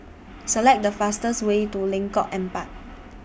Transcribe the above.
Select The fastest Way to Lengkong Empat